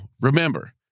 remember